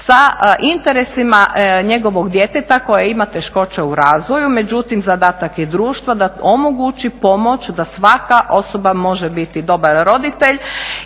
sa interesima njegovog djeteta koje ima teškoće u razvoju, međutim zadatak je društva da omogući pomoć da svaka osoba može biti dobar roditelj